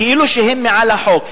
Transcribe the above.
כאילו הן מעל לחוק.